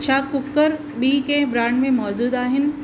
छा कुकर ॿी कंहिं ब्रांड में मौज़ूदु आहिनि